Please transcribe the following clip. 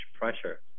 pressure